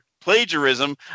plagiarism